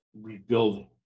rebuilding